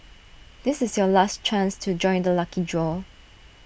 this is your last chance to join the lucky draw